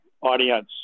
audience